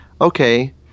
okay